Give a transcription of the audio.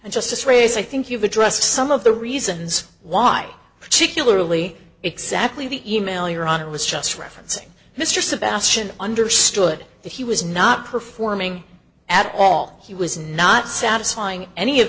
and justice raise i think you've addressed some of the reasons why particularly exactly the email you're on it was just referencing mr sebastian understood that he was not performing at all he was not satisfying any of